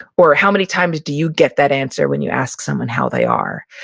or how many times do you get that answer when you ask someone how they are?